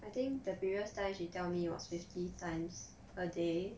I think the previous time she tell me was fifty times a day